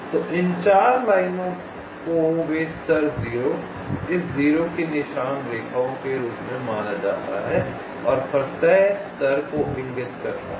तो इन 4 लाइनों को वे स्तर 0 इस 0 की निशान रेखाओं के रूप में माना जाता है और प्रत्यय स्तर को इंगित करता है